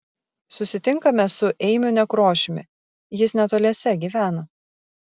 susitinkame su eimiu nekrošiumi jis netoliese gyvena